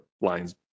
lines